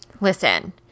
listen